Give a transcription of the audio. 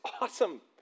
awesome